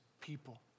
people